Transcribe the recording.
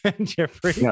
Jeffrey